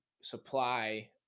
supply